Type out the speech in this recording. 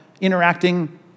interacting